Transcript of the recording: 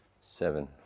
seven